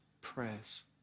prayers